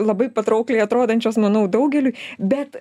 labai patraukliai atrodančios manau daugeliu bet